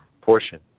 portion